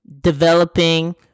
developing